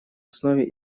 основе